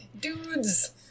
Dudes